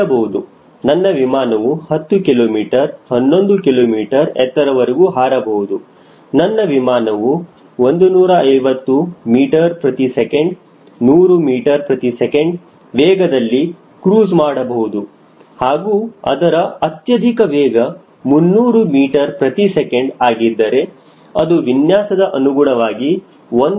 ನೀವು ಹೇಳಬಹುದು ನನ್ನ ವಿಮಾನವು 10 ಕಿಲೋಮೀಟರ್ 11 ಕಿಲೋಮೀಟರ್ ಎತ್ತರವರೆಗೂ ಹಾರಬಹುದು ನನ್ನ ವಿಮಾನವು 150 ms 100 ms ವೇಗದಲ್ಲಿ ಕ್ರೂಜ್ ಮಾಡಬಹುದು ಹಾಗೂ ಅದರ ಅತ್ಯಧಿಕ ವೇಗ 300 ms ಆಗಿದ್ದರೆ ಅದು ವಿನ್ಯಾಸದ ಅನುಗುಣವಾಗಿ 1